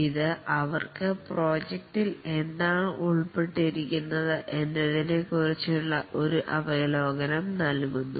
ഇത് അവർക്ക് പ്രൊജക്റ്റിൽ എന്താണ് ഉൾപ്പെട്ടിരിക്കുന്നത് എന്നതിനെ കുറിച്ചുള്ള ഒരു അവലോകനം നൽകുന്നു